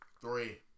Three